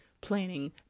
Planning